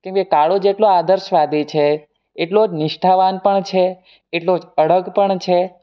કેમ કે કાળુ જેટલો આદર્શવાદી છે એટલો જ નિષ્ઠાવાન પણ છે એટલો જ અડગ પણ છે